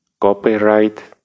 copyright